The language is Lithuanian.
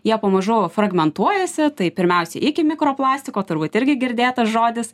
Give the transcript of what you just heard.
jie pamažu fragmentuojasi tai pirmiausiai iki mikro plastiko turbūt irgi girdėtas žodis